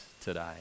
today